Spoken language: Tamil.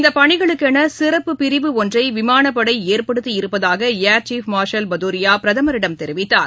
இந்தபணிகளுக்கெனசிறப்பு பிரிவு ஒன்றைவிமானப்படைஏற்படுத்தியிருப்பதாக ஏர் சீப் மார்ஷல் பதரியா பிரதமரிடம் தெரிவித்தார்